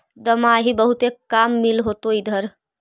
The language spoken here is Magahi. दमाहि बहुते काम मिल होतो इधर?